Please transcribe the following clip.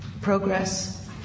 progress